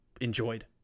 enjoyed